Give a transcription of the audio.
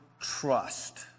trust